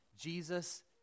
Jesus